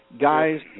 Guys